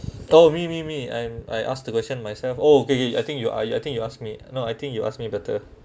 oh me me me I'm I ask the question myself oh okay kay I think you ah I think you ask me no I think you ask me better